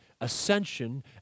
ascension